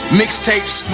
mixtapes